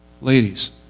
ladies